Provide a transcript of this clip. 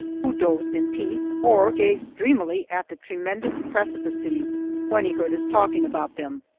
who dozed in peace or gazed dreamily at the tremendous precipices when he heard us talking about them.